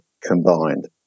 combined